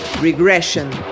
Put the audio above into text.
Regression